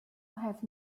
have